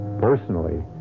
Personally